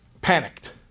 panicked